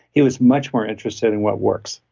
he was much more interested in what works,